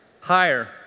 Higher